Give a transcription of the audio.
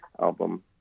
album